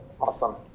Awesome